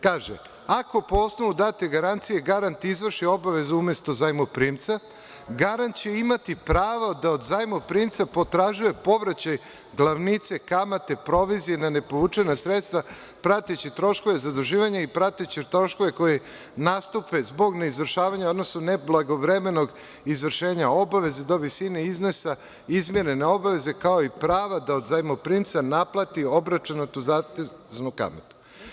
Kaže: „Ako po osnovu date garancije garant izvrši obavezu umesto zajmoprimca, garant će imati pravo da od zajmoprimca potražuje povraćaj glavnice, kamate, provizije na nepovučena sredstva, pratećih troškova zaduživanja i pratećih troškova koji nastupe zbog neizvršenja, odnosno neblagovremenog izvršenja obaveze, do visine iznosa izmirene obaveze, kao i pravo da od zajmoprimca naplati obračunatu zateznu kamatu.